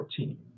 14